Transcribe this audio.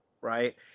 right